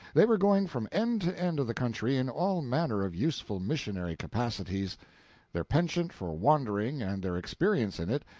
they were going from end to end of the country in all manner of useful missionary capacities their penchant for wandering, and their experience in it,